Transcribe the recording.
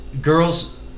girls